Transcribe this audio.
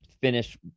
finish